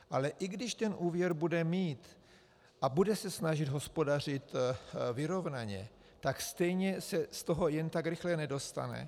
Ale i když ten úvěr bude mít a bude se snažit hospodařit vyrovnaně, tak stejně se z toho jen tak rychle nedostane.